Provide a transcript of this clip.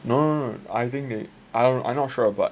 no no no I think they I not sure lah but